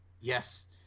Yes